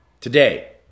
Today